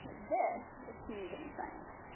this is communicative science.